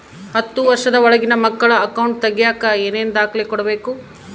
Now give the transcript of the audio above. ಹತ್ತುವಷ೯ದ ಒಳಗಿನ ಮಕ್ಕಳ ಅಕೌಂಟ್ ತಗಿಯಾಕ ಏನೇನು ದಾಖಲೆ ಕೊಡಬೇಕು?